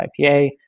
IPA